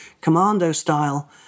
commando-style